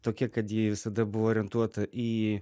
tokia kad ji visada buvo orientuota į